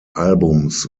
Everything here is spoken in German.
albums